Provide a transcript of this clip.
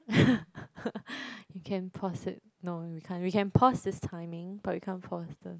you can pause it no we can't we can pause this timing but we can't pause the